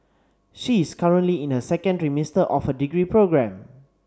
she is currently in her second trimester of her degree program